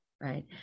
Right